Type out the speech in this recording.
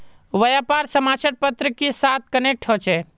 व्यापार समाचार पत्र के साथ कनेक्ट होचे?